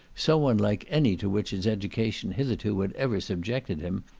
so unlike any to which his education hitherto had ever subjected him,